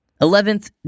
Eleventh